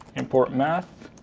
import math.